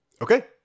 okay